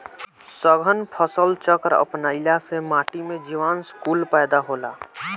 सघन फसल चक्र अपनईला से माटी में जीवांश कुल पैदा होला